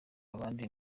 abandi